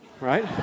right